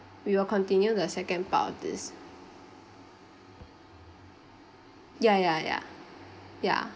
we will continue the second part of this ya ya ya ya